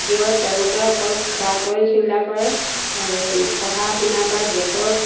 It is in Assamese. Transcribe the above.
কিয় তেওঁলোকে অকল খোৱাটোৱে চিন্তা কৰে আৰু পঢ়া শুনা বা দেশৰ